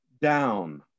down